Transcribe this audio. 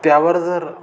त्यावर जर